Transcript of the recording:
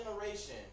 generation